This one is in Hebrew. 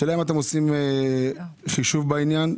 השאלה אם אתם עושים חישוב בעניין,